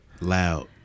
Loud